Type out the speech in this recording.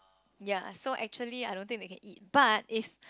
yeah so actually I don't think they can eat but if